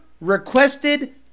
requested